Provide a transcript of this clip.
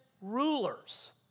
rulers